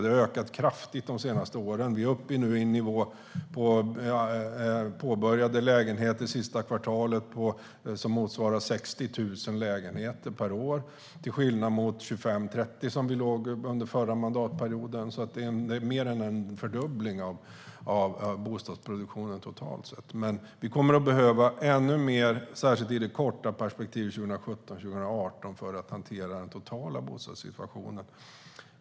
Det har ökat kraftigt de senaste åren, och vi är nu uppe på en nivå av påbörjade lägenheter det senaste kvartalet som motsvarar 60 000 lägenheter per år till skillnad mot 25 000-30 000, som det låg på under förra mandatperioden. Det är alltså mer än en fördubbling av bostadsproduktionen totalt sett. Men vi kommer att behöva ännu mer, särskilt i det korta perspektivet 2017-2018, för att hantera den totala bostadssituationen.